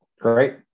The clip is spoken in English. Great